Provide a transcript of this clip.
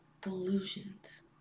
delusions